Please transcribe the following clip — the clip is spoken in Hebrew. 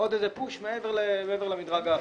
עוד איזה פוש מעבר למדרג האחר.